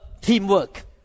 teamwork